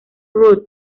road